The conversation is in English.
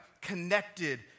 connected